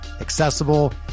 accessible